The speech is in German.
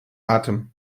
atem